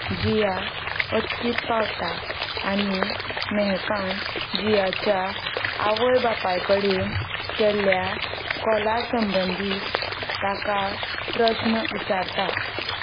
जिया अचकीत पावता आनी मेहेकान जियाच्या आवय बापाय कडेन केल्ल्या कोला संबंदीत ताका प्रश्न विचारता